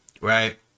right